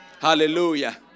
Hallelujah